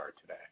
today